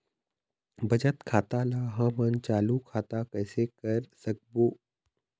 बचत खाता ला हमन चालू खाता कइसे कर सकबो?